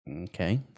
Okay